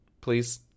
please